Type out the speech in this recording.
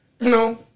No